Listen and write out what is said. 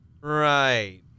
right